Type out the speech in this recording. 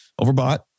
overbought